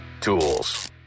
Tools